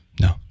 No